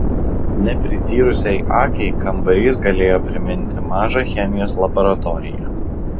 neprityrusiai akiai kambarys galėjo priminti mažą chemijos laboratoriją